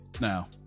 now